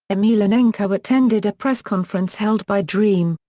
emelianenko attended a press conference held by dream,